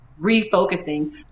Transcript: refocusing